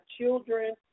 children